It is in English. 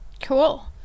cool